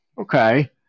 Okay